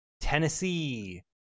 Tennessee